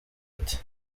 ati